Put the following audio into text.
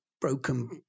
broken